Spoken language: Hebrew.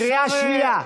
קריאה שנייה.